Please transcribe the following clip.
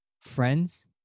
Friends